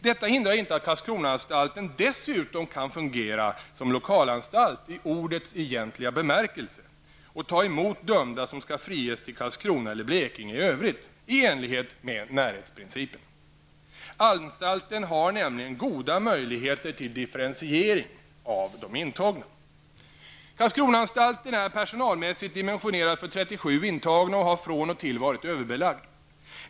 Detta hindrar inte att Karlskronaanstalten dessutom kan fungera som lokalanstalt i ordets egentliga bemärkelse och ta emot dömda som skall friges till Karlskrona eller Anstalten har nämligen goda möjligheter till differentiering av de intagna. Karlskronaanstalten är personalmässigt dimensionerad för 37 intagna och har från och till varit överbelagd.